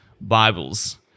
Bibles